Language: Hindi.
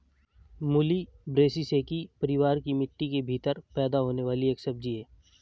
मूली ब्रैसिसेकी परिवार की मिट्टी के भीतर पैदा होने वाली एक सब्जी है